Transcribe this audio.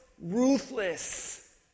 ruthless